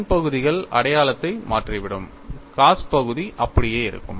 sin பகுதிகள் அடையாளத்தை மாற்றிவிடும் cos பகுதி அப்படியே இருக்கும்